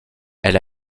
elle